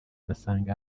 basanga